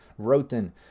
Roten